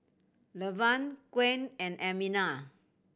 Lavern Gwen and Amina